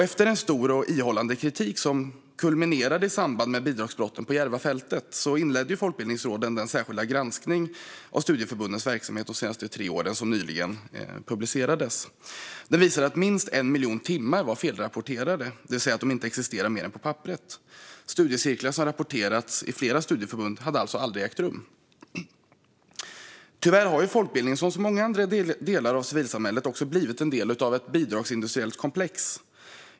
Efter stor och ihållande kritik som kulminerade i samband med bidragsbrotten på Järvafältet inledde Folkbildningsrådet den särskilda granskningen av studieförbundens verksamhet de senaste tre åren. Resultatet av granskningen publicerades nyligen. Den visade att minst 1 miljon timmar var felrapporterade, det vill säga att de inte existerade mer än på papperet. Studiecirklar som rapporterats i flera studieförbund hade alltså aldrig ägt rum. Tyvärr har folkbildningen, som många andra delar av civilsamhället, blivit en del av ett bidragsindustriellt komplex.